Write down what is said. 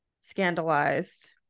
scandalized